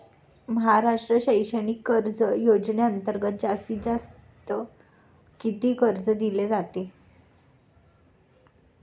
महाराष्ट्र शैक्षणिक कर्ज योजनेअंतर्गत जास्तीत जास्त किती कर्ज दिले जाते?